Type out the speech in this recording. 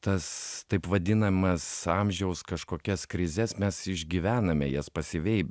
ir tas taip vadinamas amžiaus kažkokias krizes mes išgyvename jas pasyviai